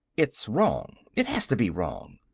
it's wrong. it has to be wrong!